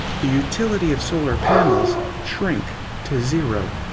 the utility of solar panels shrink to zero.